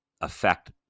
affect